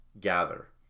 Gather